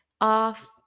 off